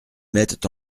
mettent